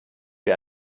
wir